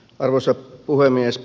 arvoisa puhemies